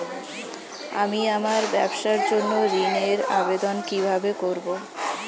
আমি আমার ব্যবসার জন্য ঋণ এর আবেদন কিভাবে করব?